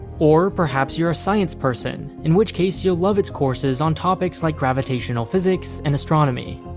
or perhaps you're a science person, in which case you'll love its courses on topics like gravitational physics and astronomy.